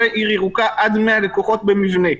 ועיר ירוקה עד 100 לקוחות במבנה.